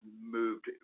moved